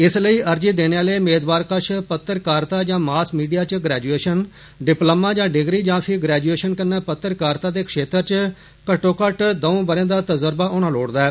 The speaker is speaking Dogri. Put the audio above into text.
इस लेई अर्जी देने आले मेदवार कष पत्रकारिता जाँ मॉस मीडिया च ग्रैजुएषन डिपलोमा जां डिग्री जां पही ग्रैजुएषन कन्नै पत्रकारिता दे क्षेत्र च घट्टो घट्ट दऊं ब'रें दा तजुर्बा होना लोड़चदा ऐ